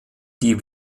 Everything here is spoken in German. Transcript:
die